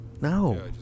No